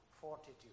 fortitude